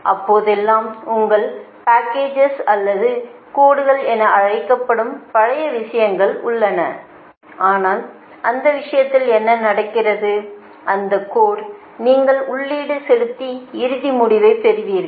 இப்போதெல்லாம் உங்கள் பேக்கேஜ்கள் அல்லது கோடுகள் என அழைக்கப்படும் பழைய விஷயங்கள் உள்ளன ஆனால் அந்த விஷயத்தில் என்ன நடக்கிறது அந்த கோடில் நீங்கள் உள்ளீடு செலுத்தி இறுதி முடிவை பெறுவீர்கள்